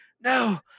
no